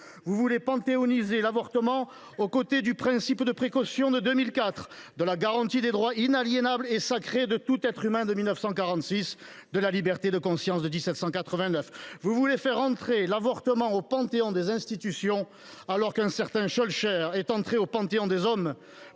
Vous voulez panthéoniser l’avortement aux côtés du principe de précaution de 2004, de la garantie des « droits inaliénables et sacrés » de tout être humain de 1946, de la « liberté de conscience » de 1789. Vous voulez faire entrer l’avortement au panthéon des institutions, alors qu’un certain Schœlcher est entré au panthéon des hommes